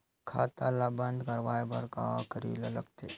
खाता ला बंद करवाय बार का करे ला लगथे?